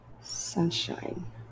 Sunshine